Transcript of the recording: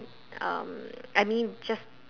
um I mean just